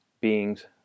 beings